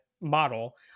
model